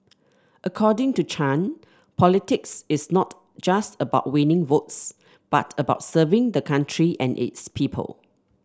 according to Chan politics is not just about winning votes but about serving the country and its people